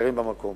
הגרים במקום.